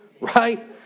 right